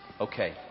Okay